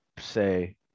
say